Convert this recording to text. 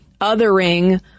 othering